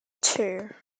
two